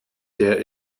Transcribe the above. der